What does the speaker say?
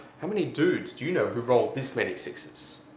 how many dudes do you know who rolled this many sixes.